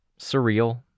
Surreal